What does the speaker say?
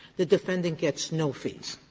the defendant gets no fees.